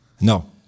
No